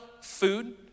Food